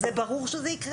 לא.